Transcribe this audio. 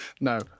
No